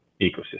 ecosystem